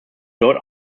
dort